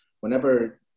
Whenever